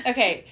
Okay